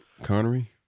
Connery